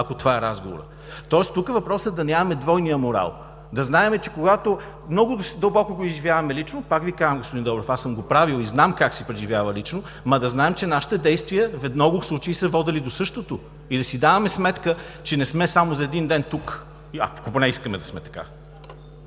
ако това е разговорът. Тоест тук въпросът е да нямаме двойния морал. Да знаем, че когато много дълбоко го изживяваме лично – пак Ви казвам, господин Добрев, аз съм го правил и знам как се преживява лично, но да знаем, че нашите действия в много случаи са водели до същото и да си даваме сметка, че не сме само за един ден тук, или ако поне искаме да сме така.